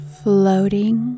floating